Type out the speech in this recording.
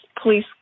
police